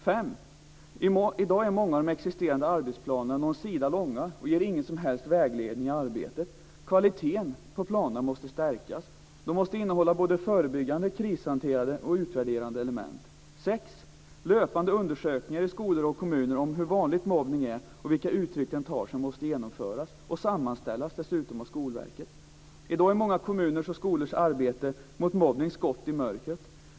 5. I dag är många av de existerande arbetsplanerna någon sida långa och ger ingen som helst vägledning i arbetet. Kvaliteten på planerna måste stärkas. De måste innehålla både förebyggande, krishanterande och utvärderande element. 6. Löpande undersökningar i skolor och kommuner om hur vanlig mobbning är, vilka uttryck den tar, måste genomföras och dessutom sammanställas av Skolverket. I dag är många kommuners och skolors arbete mot mobbning skott i mörkret.